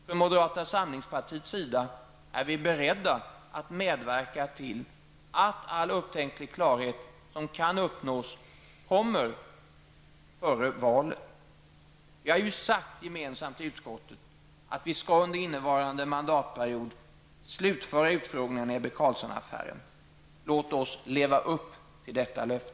Från moderata samlingspartiets sida är vi beredda att medverka till att all upptänklig klarhet som kan uppnås kommer före valet. Vi har ju sagt gemensamt i utskottet att vi under innevarande mandatperiod skall slutföra utfrågningarna i Ebbe Carlsson-affären. Låt oss leva upp till detta löfte!